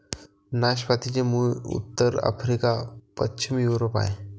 नाशपातीचे मूळ उत्तर आफ्रिका, पश्चिम युरोप आहे